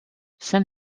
jsem